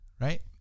right